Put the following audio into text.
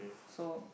so